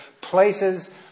places